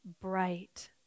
bright